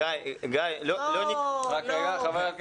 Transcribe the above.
לא ניכנס